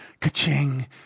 ka-ching